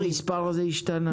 האם המספר הזה השתנה?